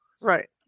Right